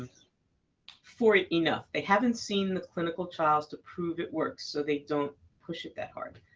for it enough. they haven't seen the clinical trials to prove it works, so they don't push it that hard.